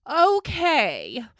Okay